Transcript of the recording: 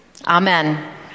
Amen